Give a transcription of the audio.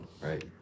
right